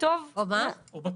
או בכלא.